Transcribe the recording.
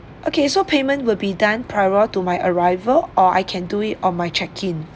okay so payment will be done prior to my arrival or I can do it on my check in